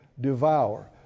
devour